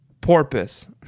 porpoise